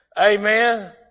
Amen